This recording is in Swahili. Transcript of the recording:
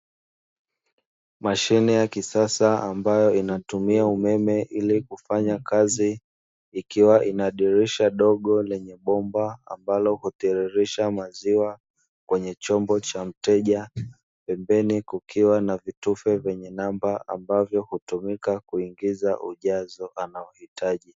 Mashine ya kisasa ambayo inatumia umeme ili kufanya kazi, ikiwa ina dirisha dogo lenye bomba ambalo hutiririsha maziwa kwenye chombo cha mteja, pembeni kukiwa na vitufe vyenye namba, ambavyo hutumika kuingiza ujazo anaohitaji.